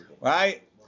right